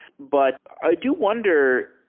but i do wonder,